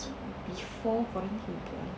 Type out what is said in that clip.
before quarantine [pe]